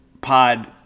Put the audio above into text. pod